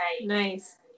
Nice